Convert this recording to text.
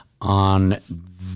On